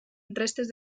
restes